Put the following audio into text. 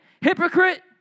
Hypocrite